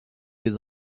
des